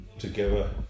Together